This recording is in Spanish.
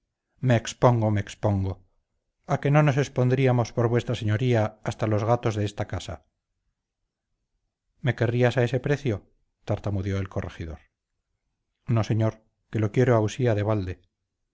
me expongo me expongo a qué no nos expondríamos por vuestra señoría hasta los gatos de esta casa me querrías a ese precio tartamudeó el corregidor no señor que lo quiero a usía de balde